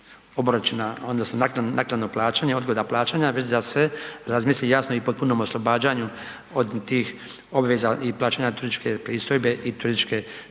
obračun odnosno naknadno plaćanje, odgoda plaćanja već da se razmisli jasno i potpunom oslobađanju od tih obveza i plaćanja turističke pristojbe i turističke